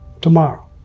tomorrow